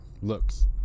looks